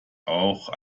auch